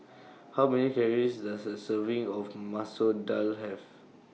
How Many Calories Does A Serving of Masoor Dal Have